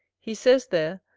he says there,